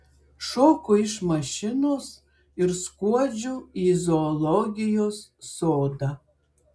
šoku iš mašinos ir skuodžiu į zoologijos sodą